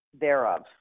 thereof